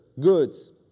goods